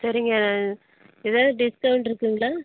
சரிங்க ஏதாவது டிஸ்கவுண்ட் இருக்குங்களா